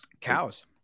cows